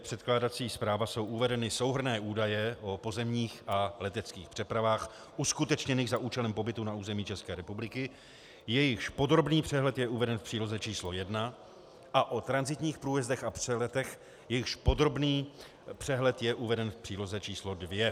Předkládací zpráva jsou uvedeny souhrnné údaje o pozemních a leteckých přepravách uskutečněných za účelem pobytu na území České republiky, jejichž podrobný přehled je uveden v příloze č. 1, a o tranzitních průjezdech a přeletech, jejichž podrobný přehled je uveden v příloze č. 2.